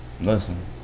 Listen